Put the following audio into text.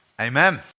Amen